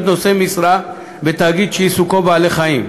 נושאי משרה בתאגיד שעיסוקו בבעלי-חיים.